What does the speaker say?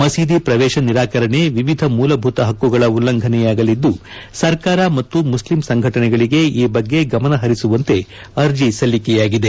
ಮಸೀದಿ ಪ್ರವೇಶ ನಿರಾಕರಣೆ ವಿವಿಧ ಮೂಲಭೂತ ಹಕ್ಕುಗಳ ಉಲ್ಲಂಘನೆಯಾಗಲಿದ್ದು ಸರ್ಕಾರ ಮತ್ತು ಮುಸ್ಲಿಂ ಸಂಘಟನೆಗಳಿಗೆ ಈ ಬಗ್ಗೆ ಗಮನಹರಿಸುವಂತೆ ಅರ್ಜೆ ಸಲ್ಲಿಕೆಯಾಗಿದೆ